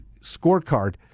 scorecard